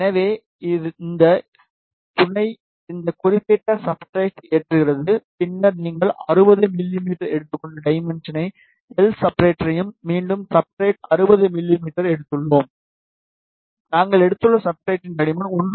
எனவே இந்த துணை இந்த குறிப்பிட்ட சப்ஸ்ட்ரட் ஏற்றுகிறது பின்னர் நீங்கள் 60 மிமீ எடுத்துக்கொண்ட டைமென்ஷன் எல் சப்ஸ்ட்ரட்டையும் மீண்டும் சப்ஸ்ட்ரட் 60 மிமீ எடுத்துள்ளோம் நாங்கள் எடுத்துள்ள சப்ஸ்ட்ரட்டின் தடிமன் 1